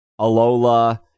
Alola